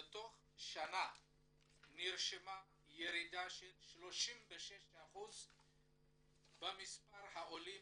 בתוך שנה נרשמה ירידה של 36% במספר העולים